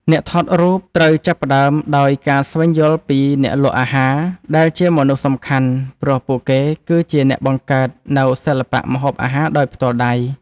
អ្នកថតរូបត្រូវចាប់ផ្ដើមដោយការស្វែងយល់ពី អ្នកលក់អាហារ ដែលជាមនុស្សសំខាន់ ព្រោះពួកគេគឺជាអ្នកបង្កើតនូវសិល្បៈម្ហូបអាហារដោយផ្ទាល់ដៃ។